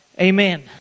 Amen